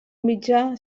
mitjà